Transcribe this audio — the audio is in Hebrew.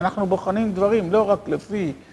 אנחנו בוחנים דברים, לא רק לפי..